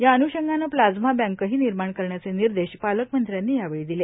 या अन्षंगानेनं प्लाझ्मा बँकही निर्माण करण्याचे निर्देश पालकमंत्र्यांनी यावेळी दिले